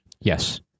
Yes